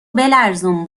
بلرزون